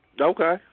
Okay